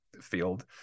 field